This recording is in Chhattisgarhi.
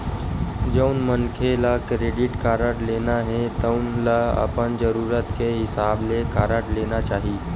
जउन मनखे ल क्रेडिट कारड लेना हे तउन ल अपन जरूरत के हिसाब ले कारड लेना चाही